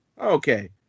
okay